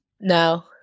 No